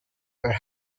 where